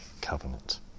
covenant